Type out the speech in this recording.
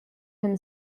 him